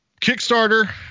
Kickstarter